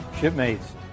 Shipmates